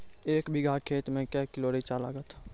एक बीघा खेत मे के किलो रिचा लागत?